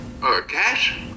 Cash